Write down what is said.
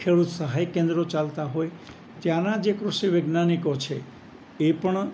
ખેડૂત સહાય કેન્દ્રો ચાલતા હોય ત્યાંના જે કૃષિ વૈજ્ઞાનિકો છે એ પણ